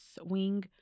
wing